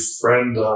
friend